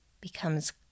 becomes